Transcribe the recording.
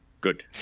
good